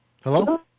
Hello